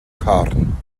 corn